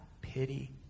pity